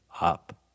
up